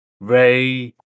Ray